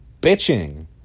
bitching